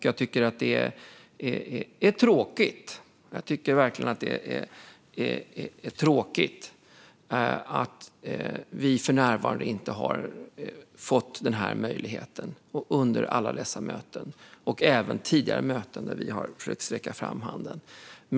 Jag tycker verkligen att det är tråkigt att vi för närvarande inte har fått den här möjligheten efter alla dessa möten och även tidigare möten där vi har försökt sträcka ut handen.